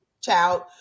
child